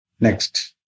Next